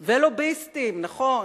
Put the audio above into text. ולוביסטים, נכון.